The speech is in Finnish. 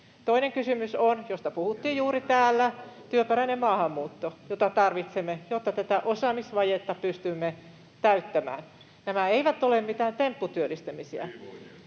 Toinen kysymys — josta puhuttiin juuri täällä — on työperäinen maahanmuutto, jota tarvitsemme, jotta tätä osaamisvajetta pystymme täyttämään. Nämä eivät ole mitään tempputyöllistämisiä.